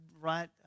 right